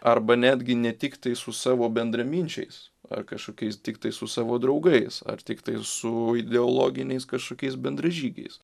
arba netgi ne tiktai su savo bendraminčiais ar kažkokiais tiktai su savo draugais ar tiktai su ideologiniais kažkokiais bendražygiais